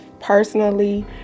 personally